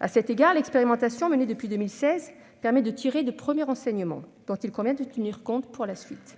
À cet égard, l'expérimentation menée depuis 2016 permet de tirer de premiers enseignements, dont il convient de tenir compte pour la suite.